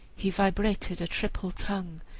he vibrated a triple tongue,